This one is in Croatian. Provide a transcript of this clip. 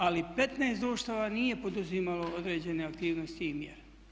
Ali 15 društava nije poduzimalo određene aktivnosti i mjere.